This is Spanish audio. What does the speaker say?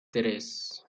tres